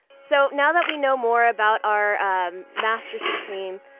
so now that we know more about our um master supreme,